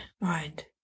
mind